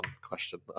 question